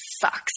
sucks